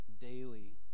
daily